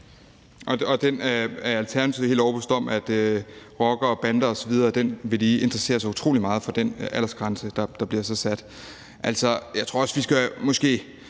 overbevist om, at rockere og bander osv. vil interessere sig utrolig meget for den aldersgrænse, der så bliver sat?